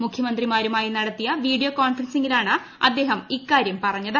മുഖ്യമന്ത്രിമാരുമായി നടത്തിയ വീഡിയോ കോൺഫറൻസിങ്ങിലാണ് അദ്ദേഹം ഇക്കാരൃം പറഞ്ഞത്